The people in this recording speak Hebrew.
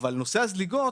אבל נושא הזליגות